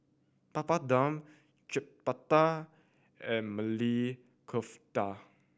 Papadum Chapati and Maili Kofta